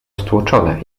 stłoczone